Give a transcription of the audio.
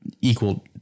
equal